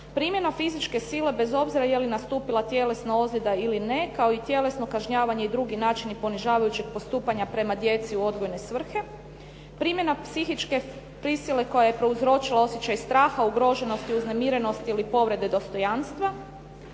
"primjena fizičke sile bez obzira je li nastupila tjelesna ozljeda ili ne, kao i tjelesno kažnjavanje i drugi načini ponižavajućeg postupanja prema djeci u odgojne svrhe, primjena psihičke prisile koja je prouzročila osjećaj straha, ugroženosti, uznemirenosti ili povrede dostojanstva,